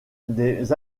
des